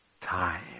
time